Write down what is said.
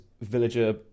villager